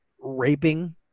raping